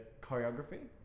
choreography